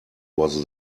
was